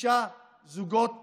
שישה זוגות תפילין,